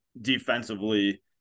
defensively